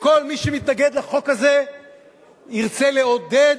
וכל מי שמתנגד לחוק הזה ירצה לעודד